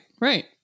right